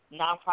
nonprofit